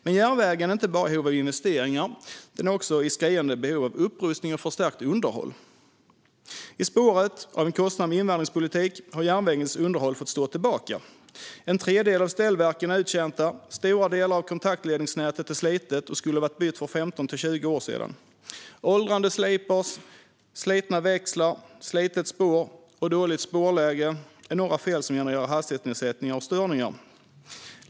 Men järnvägen är inte bara i behov av investeringar, den är också i skriande behov av upprustning och förstärkt underhåll. I spåret av en kostsam invandringspolitik har järnvägens underhåll fått stå tillbaka. En tredjedel av ställverken är uttjänta, stora delar av kontaktledningsnätet är slitna och skulle varit bytta för 15-20 år sedan. Åldrade sliprar, slitna växlar, slitet spår och dåligt spårläge är några fel som genererar hastighetsnedsättningar och störningar.